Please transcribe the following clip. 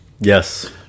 Yes